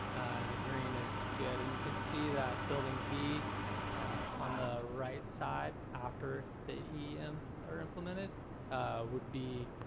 and the green is good. and you can see that building b on the right side after the em are implemented would be,